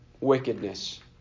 wickedness